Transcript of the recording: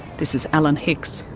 this is alan hicks,